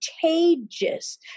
contagious